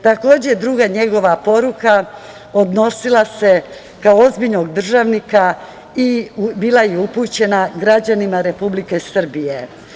Takođe, druga njegova poruka odnosila se, kao ozbiljnog državnika i bila je upućena građanima Republike Srbije.